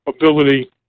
ability